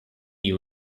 you